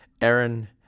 Aaron